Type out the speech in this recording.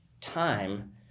time